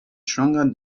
stronger